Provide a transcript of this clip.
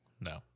No